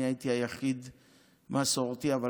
אני הייתי המסורתי היחיד,